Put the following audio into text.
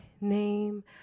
name